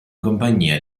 compagnia